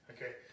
Okay